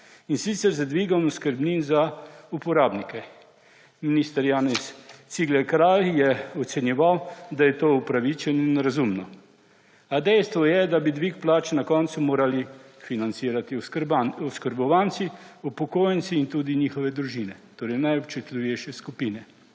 in sicer z dvigom oskrbnin za uporabnike. Minister Janez Cigler Kralj je ocenjeval, da je to upravičeno in razumno. A dejstvo je, da bi dvig plač na koncu morali financirati oskrbovanci, upokojenci in tudi njihove družine, torej najobčutljivejše skupine.